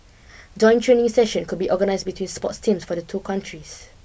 joint training sessions could be organised between sports teams from the two countries